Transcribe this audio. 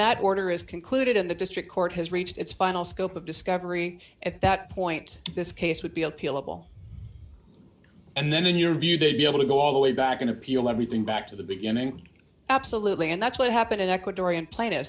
that order is concluded in the district court has reached its final scope of discovery at that point this case would be appealable and then in your view do you want to go all the way back in appeal everything back to the beginning absolutely and that's what happened in ecuadorian plaint